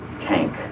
Tank